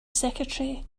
secretary